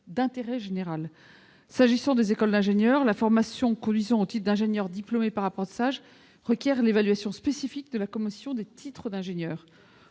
d'intérêt général », ou EESPIG. S'agissant des écoles d'ingénieur, la formation conduisant au titre d'ingénieur diplômé par apprentissage requiert l'évaluation spécifique de la Commission des titres d'ingénieur.